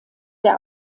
der